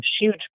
huge